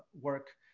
work